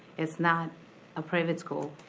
it's not a private school,